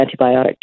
antibiotic